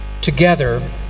together